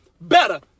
better